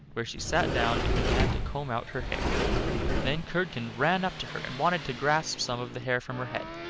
where she sat down and began to comb out her hair then curdken ran up to her and wanted to grasp some of the hair from her head,